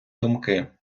думки